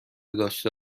داشته